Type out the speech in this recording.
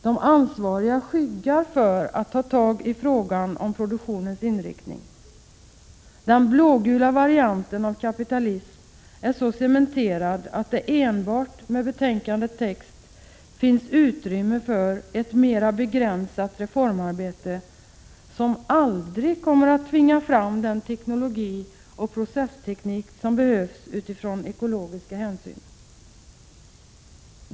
De ansvariga skyggar för att ta tag i frågan om produktionens inriktning. Den blågula varianten av kapitalismen är så cementerad att det, med betänkandets text, finns utrymme för enbart ”ett mera begränsat reformarbete” som aldrig kommer att tvinga fram den teknologi och processteknik som behövs utifrån ekologiska hänsyn.